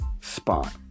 spot